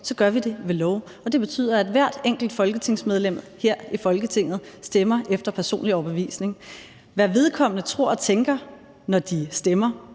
gør vi det ved lov, og det betyder, at hvert enkelt folketingsmedlem her i Folketinget stemmer efter personlig overbevisning. Hvad vedkommende tror og tænker, når de stemmer,